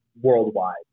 worldwide